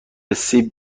سیب